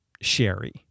Sherry